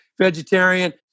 vegetarian